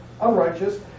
unrighteous